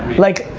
like,